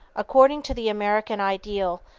according to the american ideal,